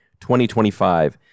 2025